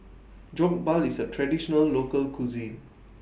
Jokbal IS A Traditional Local Cuisine